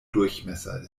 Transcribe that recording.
durchmesser